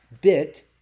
bit